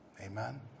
Amen